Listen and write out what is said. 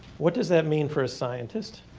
what does that mean for a scientist,